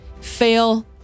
Fail